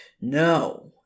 No